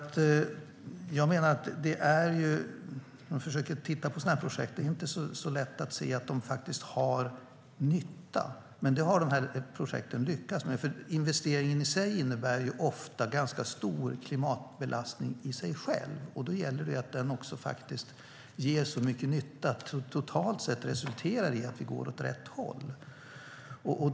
När man försöker titta på sådana här projekt är det inte så lätt att se att de faktiskt har nytta, men det har dessa projekt lyckats med. Investeringen i sig innebär nämligen ofta en ganska stor klimatbelastning i sig, och då gäller det att den ger så mycket nytta att det totalt sett resulterar i att vi går åt rätt håll.